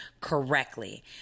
correctly